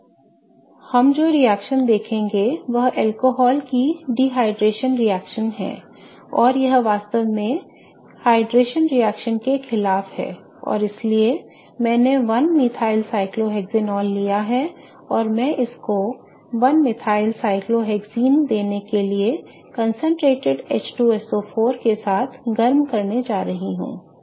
अब हम जो रिएक्शन देखेंगे वह अल्कोहल की निर्जलीकरण रिएक्शन है और यह वास्तव में जलयोजन की रिएक्शन के खिलाफ है और इसलिए मैंने 1 मिथाइलसाइक्लोहेनॉल लिया है और मैं इसको 1 मिथाइलसाइक्लोहेक्सेन देने के लिए concentrated H2SO4 के साथ गर्म करने जा रहा हूं